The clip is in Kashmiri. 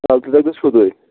ترٛاو تہٕ تیٚلہِ اَسہِ سیٚودُے